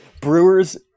Brewers